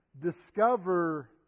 discover